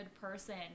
person